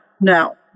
no